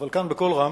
אבל כאן, בקול רם,